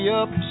up